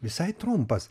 visai trumpas